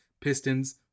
Pistons